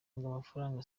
amafaranga